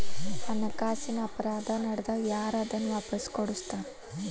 ಹಣಕಾಸಿನ್ ಅಪರಾಧಾ ನಡ್ದಾಗ ಯಾರ್ ಅದನ್ನ ವಾಪಸ್ ಕೊಡಸ್ತಾರ?